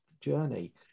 journey